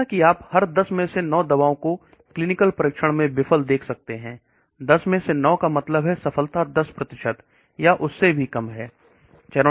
जैसा कि आप हर 10 में से 9 नई दवाओं को क्लीनिकल परीक्षण में विफल देख सकते हैं 10 में से 9 का मतलब से सफलता 10 या उससे भी कम है